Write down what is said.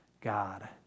God